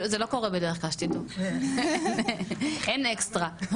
זה לא קורה בדרך כלל שתדעו, אין אקסטרה.